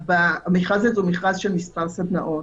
המכרז הזה הוא מכרז של מספר סדנאות.